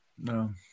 No